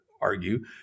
argue